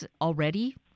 already